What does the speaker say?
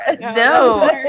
no